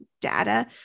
data